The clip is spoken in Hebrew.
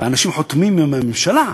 והאנשים חותמים עם הממשלה,